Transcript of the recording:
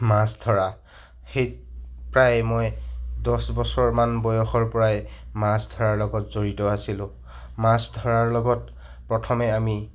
মাছ ধৰা সেই প্ৰায় মই দহবছৰ মান বয়সৰ পৰাই মাছ ধৰাৰ লগত জড়িত আছিলোঁ মাছ ধৰাৰ লগত প্ৰথমে আমি